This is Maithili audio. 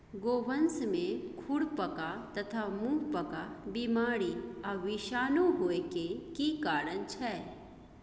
गोवंश में खुरपका तथा मुंहपका बीमारी आ विषाणु होय के की कारण छै?